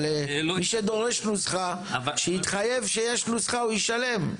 אבל מי שדורש נוסחה שיתחייב שיש נוסחה הוא ישלם.